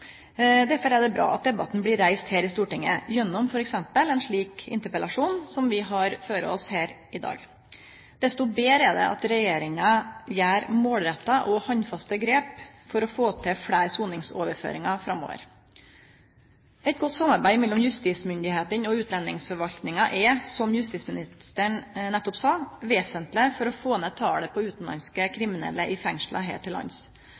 Derfor er det bra at debatten blir reist i Stortinget gjennom f.eks. ein slik interpellasjon som vi har føre oss her i dag. Desto betre er det at regjeringa gjer målretta og handfaste grep for å få til fleire soningsoverføringar framover. Eit godt samarbeid mellom justismyndigheitene og utlendingsforvaltninga er, som justisministeren nettopp sa, vesentleg for å få ned talet på utanlandske kriminelle i fengsla her til lands.